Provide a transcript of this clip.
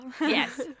Yes